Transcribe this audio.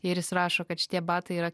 ir jis rašo kad šitie batai yra